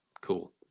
Cool